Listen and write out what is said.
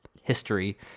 history